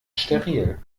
steril